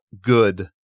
good